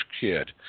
kid